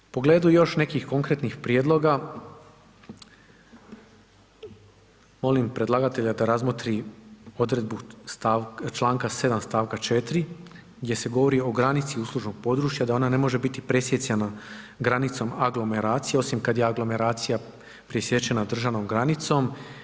U pogledu još nekih konkretnih prijedloga, molim predlagatelja da razmotri odredbu stavka, Članka 7. stavka 4. gdje se govori o granici uslužnog područja da ona ne može biti presijecana granicom aglomeracije osim kad je aglomeracija presječena državnom granicom.